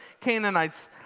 Canaanites